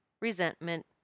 resentment